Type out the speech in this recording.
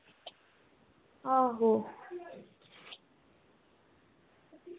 आहो